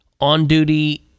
...on-duty